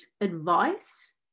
advice